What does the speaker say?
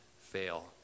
fail